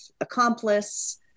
accomplice